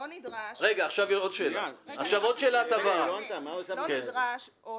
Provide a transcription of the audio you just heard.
זה לא נדרש.